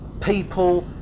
people